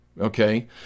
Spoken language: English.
okay